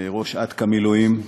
ראש עתכ"א מילואים,